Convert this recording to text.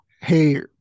hey